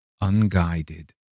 unguided